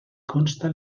consta